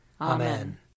Amen